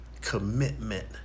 commitment